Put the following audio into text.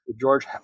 George